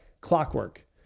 clockwork